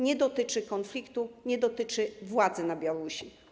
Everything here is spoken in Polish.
Nie dotyczy konfliktu, nie dotyczy władzy na Białorusi.